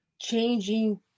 Changing